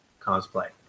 cosplay